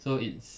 so it's